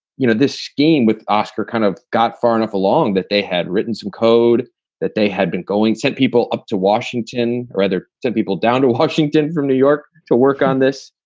you know, this scheme with oscar kind of got far enough along that they had written some code that they had been going sent people up to washington or other people down to washington from new york to work on this.